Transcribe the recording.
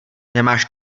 nemáš